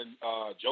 Joe